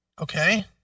Okay